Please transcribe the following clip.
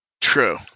True